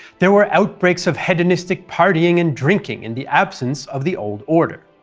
there were outbreaks of hedonistic partying and drinking in the absence of the old order.